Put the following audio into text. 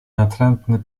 natrętny